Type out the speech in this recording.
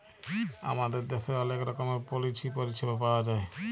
আমাদের দ্যাশের অলেক রকমের পলিচি পরিছেবা পাউয়া যায়